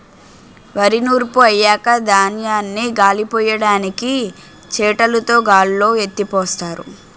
వరి నూర్పు అయ్యాక ధాన్యాన్ని గాలిపొయ్యడానికి చేటలుతో గాల్లో ఎత్తిపోస్తారు